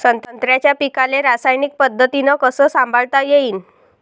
संत्र्याच्या पीकाले रासायनिक पद्धतीनं कस संभाळता येईन?